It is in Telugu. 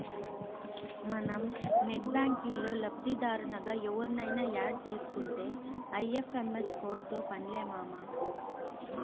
మనం నెట్ బ్యాంకిల్లో లబ్దిదారునిగా ఎవుర్నయిన యాడ్ సేసుకుంటే ఐ.ఎఫ్.ఎం.ఎస్ కోడ్తో పన్లే మామా